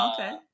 Okay